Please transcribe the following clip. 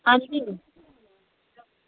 आं जी